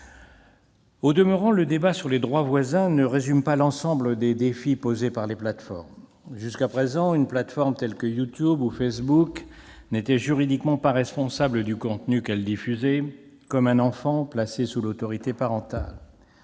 Au demeurant, le débat sur les droits voisins ne résume pas l'ensemble des défis posés par les plateformes. Jusqu'à présent, une plateforme telle que YouTube ou Facebook n'était juridiquement pas responsable du contenu qu'elle diffusait, comme un enfant placé sous l'autorité parentale.